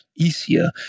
easier